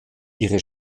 ihre